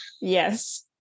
yes